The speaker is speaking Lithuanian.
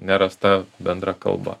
nerasta bendra kalba